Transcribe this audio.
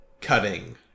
cutting